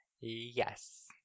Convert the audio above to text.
Yes